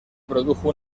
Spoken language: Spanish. produjo